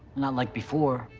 not like before.